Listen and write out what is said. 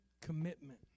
commitment